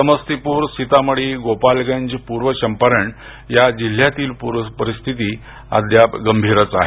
समस्तीपुर सीतामढी गोपालगंज पूर्व चम्पारण या जिल्यातील पूर स्थिती अद्याप गंभीरच आहे